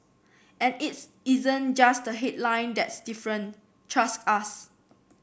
and its isn't just the headline that's different trust us